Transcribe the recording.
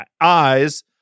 eyes